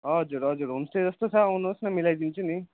हजुर हजुर होमस्टे जस्तो छ आउनुहोस् न मिलाइदिन्छु नि